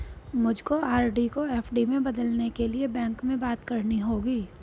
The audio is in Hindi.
मुझको आर.डी को एफ.डी में बदलने के लिए बैंक में बात करनी होगी